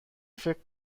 فکر